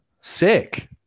Sick